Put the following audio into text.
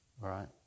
right